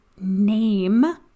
name